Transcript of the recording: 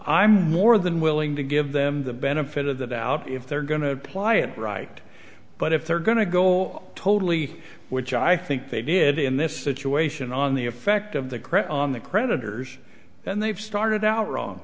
i'm more than willing to give them the benefit of the doubt if they're going to apply it right but if they're going to go totally which i think they did in this situation on the effect of the credit on the creditors and they've started out wrong